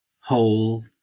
whole